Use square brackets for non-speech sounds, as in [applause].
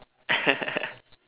[laughs]